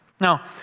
Now